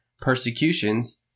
persecutions